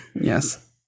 Yes